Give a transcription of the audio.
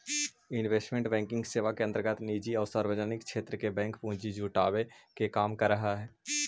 investment banking सेवा के अंतर्गत निजी आउ सार्वजनिक क्षेत्र के बैंक पूंजी जुटावे के काम करऽ हइ